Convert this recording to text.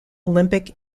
olympic